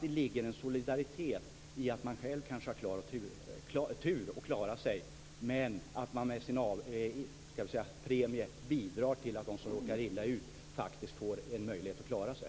Det ligger en solidaritet i att man själv kanske har tur och klarar sig, men att man med sin premie bidrar till att de som råkar illa ut faktiskt får en möjlighet att klara sig.